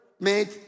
made